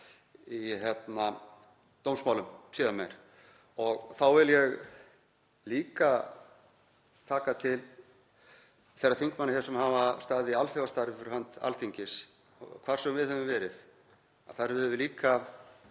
í dómsmálum síðar meir. Þá vil ég líka taka til þeirra þingmanna hér sem hafa staðið í alþjóðastarfi fyrir hönd Alþingis. Hvar sem við höfum verið höfum við